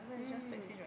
mm